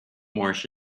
moorish